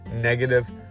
negative